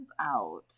out